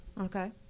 Okay